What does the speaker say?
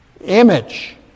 Image